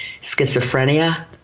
Schizophrenia